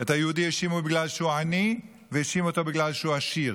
את היהודי האשימו בגלל שהוא עני והאשימו אותו בגלל שהוא עשיר,